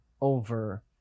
over